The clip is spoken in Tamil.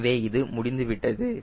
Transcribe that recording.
எனவே இது முடிந்துவிட்டது